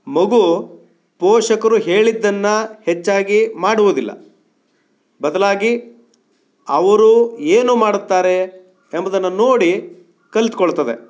ಮಗು ಪೋಷಕರು ಹೇಳಿದ್ದನ್ನು ಹೆಚ್ಚಾಗಿ ಮಾಡುವುದಿಲ್ಲ ಬದಲಾಗಿ ಅವರು ಏನು ಮಾಡುತ್ತಾರೆ ಎಂಬುದನ್ನು ನೋಡಿ ಕಲಿತ್ಕೊಳ್ತದೆ